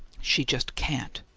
she just can't!